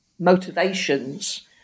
motivations